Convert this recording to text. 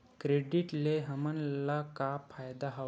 Credit ले हमन ला का फ़ायदा हवय?